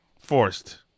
forced